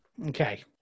Okay